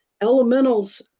Elementals